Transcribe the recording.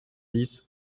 dix